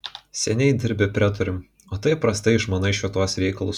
seniai dirbi pretorium o taip prastai išmanai šituos reikalus